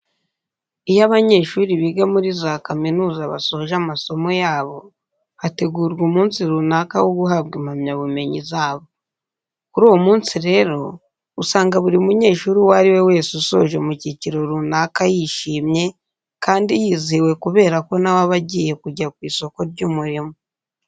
Iyo abanyeshuri biga muri za kamuniza basoje amasomo yabo, hategurwa umunsi runaka wo guhabwa impamyabumenyi zabo. Kuri uwo munsi rero, usanga buri munyeshuri uwo ari we wese usoje mu cyiciro runaka yishimye kandi yizihiwe kubera ko na we aba agiye kujya ku isoko ry'umurimo.